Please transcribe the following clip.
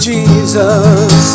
Jesus